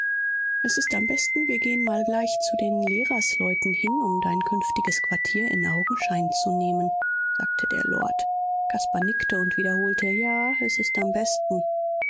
es ist am besten wir gehen mal gleich zu den lehrersleuten hin um dein künftiges quartier in augenschein zu nehmen sagte der lord caspar nickte und wiederholte ja es ist am besten